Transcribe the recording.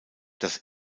das